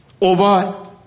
over